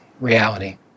reality